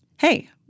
hey